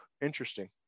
interesting